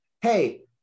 Hey